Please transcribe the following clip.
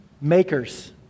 makers